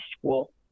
school